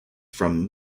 from